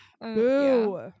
Boo